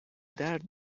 درد